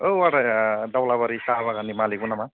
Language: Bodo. औ आदाया दाउलाबारि साहाबागाननि मालिकमोन नामा